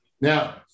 Now